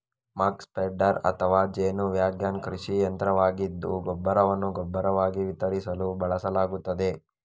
ಮಕ್ spreader ಅಥವಾ ಜೇನು wagon ಕೃಷಿ ಯಂತ್ರವಾಗಿದ್ದು ಗೊಬ್ಬರವನ್ನು ಗೊಬ್ಬರವಾಗಿ ವಿತರಿಸಲು ಬಳಸಲಾಗುತ್ತದೆ